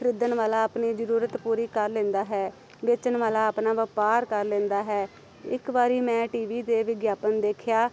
ਖਰੀਦਣ ਵਾਲਾ ਆਪਣੀ ਜ਼ਰੂਰਤ ਪੂਰੀ ਕਰ ਲੈਂਦਾ ਹੈ ਵੇਚਣ ਵਾਲਾ ਆਪਣਾ ਵਪਾਰ ਕਰ ਲੈਂਦਾ ਹੈ ਇੱਕ ਵਾਰੀ ਮੈਂ ਟੀ ਵੀ 'ਤੇ ਵਿਗਿਆਪਨ ਦੇਖਿਆ